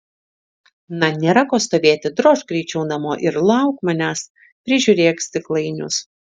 na nėra ko stovėti drožk greičiau namo ir lauk manęs prižiūrėk stiklainius